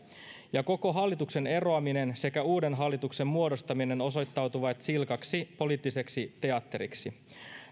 ja koko hallituksen eroaminen sekä uuden hallituksen muodostaminen osoittautuivat silkaksi poliittiseksi teatteriksi